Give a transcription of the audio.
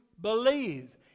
believe